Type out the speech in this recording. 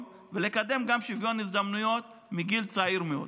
ולקדם גם שוויון הזדמנויות מגיל צעיר מאוד.